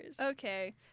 Okay